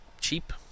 cheap